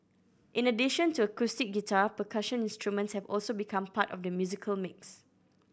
in addition to acoustic guitar percussion instruments have also become part of the musical mix